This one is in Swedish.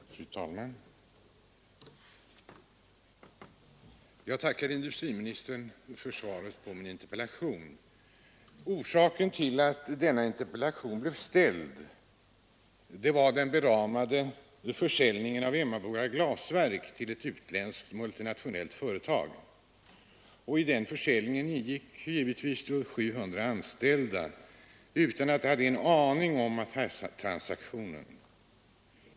Fru talman! Jag tackar industriministern för svaret på min interpellation. Orsaken till att denna interpellation blev ställd var den beramade försäljningen av Emmaboda glasverk till ett utländskt multinationellt företag. I den försäljningen ingick ca 700 anställda, som inte hade en aning om affärstransaktionen.